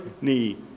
knee